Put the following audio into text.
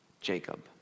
Jacob